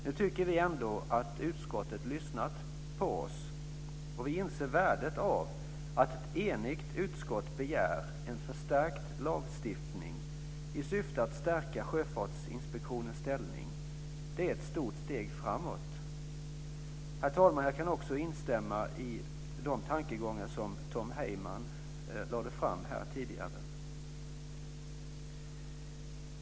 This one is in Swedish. Nu tycker vi ändå att utskottet har lyssnat på oss, och vi inser värdet av att ett enigt utskott begär en förstärkt lagstiftning i syfte att stärka Sjöfartsinspektionens ställning. Det är ett stort steg framåt. Herr talman! Jag kan också instämma i de tankegångar som Tom Heyman framförde här tidigare.